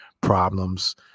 problems